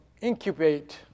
incubate